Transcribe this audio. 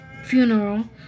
funeral